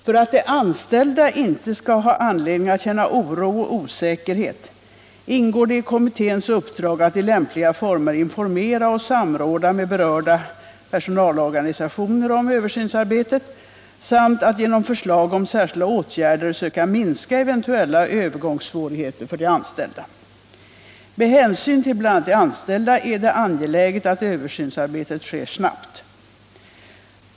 För att de anställda inte skall ha anledning att känna oro och osäkerhet ingår det i kommitténs uppdrag att i lämpliga former informera och samråda med berörda personalorganisationer om översynsarbetet, samt att genom förslag om särskilda åtgärder söka minska eventuella övergångssvårigheter för de anställda. Med hänsyn till bl.a. de anställda är det angeläget att översynsarbetet sker snabbt.